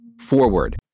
Forward